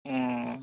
ᱚᱸ